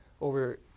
over